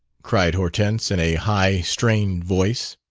cried hortense in a high, strained voice.